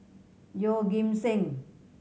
Yeoh Ghim Seng